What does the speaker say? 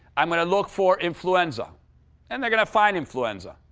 i'm gonna look for influenza and they're gonna find influenza.